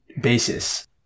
basis